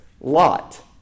Lot